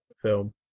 film